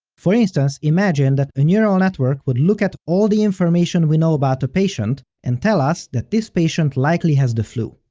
for instance, imagine that a neural network would look at all the information we know about a patient and tell us that this patient likely has the flu.